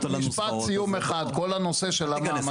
כל הנושא של המע"מ,